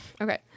Okay